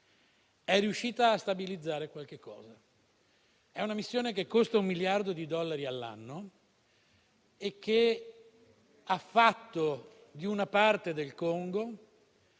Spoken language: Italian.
riuscita a stabilizzare qualche cosa. È una missione che costa un miliardo di dollari all'anno e che ha fatto di una parte del Congo